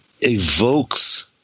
evokes